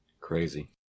Crazy